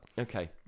Okay